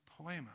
poema